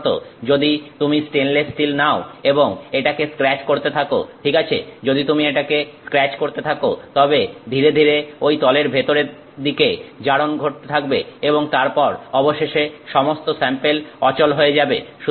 সাধারনত যদি তুমি স্টেনলেস স্টিল নাও এবং এটাকে স্ক্র্যাচ করতে থাকো ঠিক আছে যদি তুমি এটাকে স্ক্র্যাচ করতে থাকো তবে ধীরে ধীরে ওই তলের ভেতরের দিকে জারণ ঘটতে থাকবে এবং তারপর অবশেষে সমস্ত স্যাম্পেল অচল হয়ে যাবে